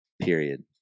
period